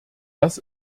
das